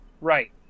Right